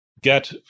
get